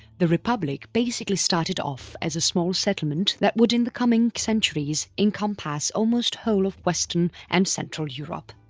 the republic basically started off as a small settlement that would in the coming centuries, encompass almost whole of western and central europe.